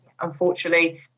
unfortunately